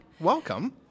Welcome